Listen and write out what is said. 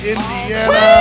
Indiana